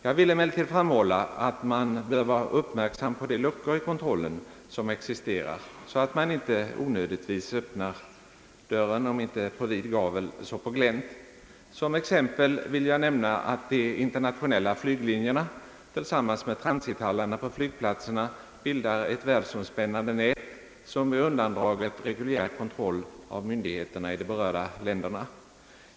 Jag vill emellertid framhålla, att man bör vara uppmärksam på de luckor i kontrollen som existerar, så att man inte onödigtvis öppnar dörren om inte på vid gavel så på glänt. Som exempel vill jag nämna att de internationella flyglinjerna tillsammans med transithallarna på flygplatsen bildar ett världsomspännande nät som är undandraget reguljär kontroll av myndigheterna i de berörda länderna.